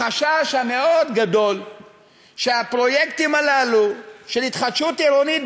החשש המאוד גדול שהפרויקטים הללו של התחדשות עירונית,